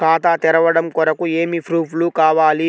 ఖాతా తెరవడం కొరకు ఏమి ప్రూఫ్లు కావాలి?